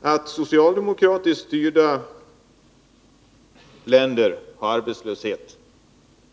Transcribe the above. Fransson säger att socialdemokratiskt styrda länder har arbetslöshet.